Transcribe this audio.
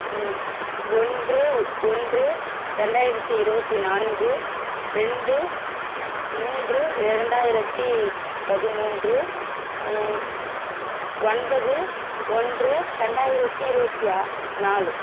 ஒன்று ஒன்று ரெண்டாயிரத்தி இருபத்தி நான்கு ரெண்டு மூன்று இரண்டாயிரத்தி பதிமூன்று ஒன்பது ஒன்று ரெண்டாயிரத்தி இருபத்தி ஆ நாலு